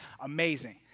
amazing